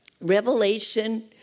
revelation